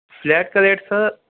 flat کا rate سر